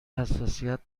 حساسیت